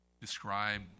describe